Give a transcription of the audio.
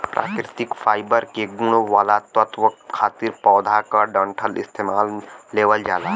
प्राकृतिक फाइबर के गुण वाला तत्व खातिर पौधा क डंठल इस्तेमाल लेवल जाला